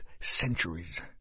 centuries